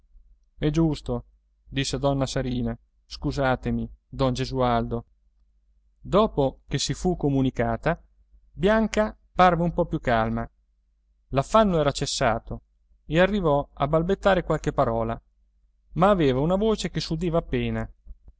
è giusto disse donna sarina scusatemi don gesualdo dopo che si fu comunicata bianca parve un po più calma l'affanno era cessato e arrivò a balbettare qualche parola ma aveva una voce che s'udiva appena